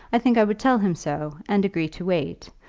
i think i would tell him so, and agree to wait,